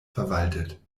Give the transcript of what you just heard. verwaltet